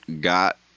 got